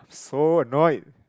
so annoyed